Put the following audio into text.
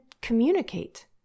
communicate